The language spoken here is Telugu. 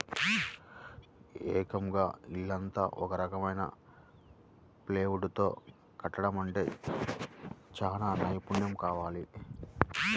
ఏకంగా ఇల్లంతా ఒక రకం ప్లైవుడ్ తో కట్టడమంటే చానా నైపున్నెం కావాలి